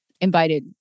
invited